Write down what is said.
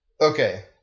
Okay